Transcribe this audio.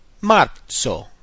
marzo